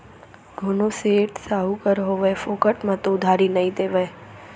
कोनो सेठ, साहूकार होवय फोकट म तो उधारी नइ देवय